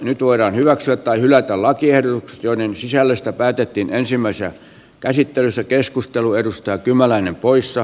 nyt voidaan hyväksyä tai hylätä lakiehdotukset joiden sisällöstä päätettiin ensimmäisessä käsittelyssä keskustelu edustaa kymäläinen poissa